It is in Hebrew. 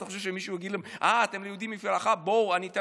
אתה חושב שמישהו יגיד להם: אה,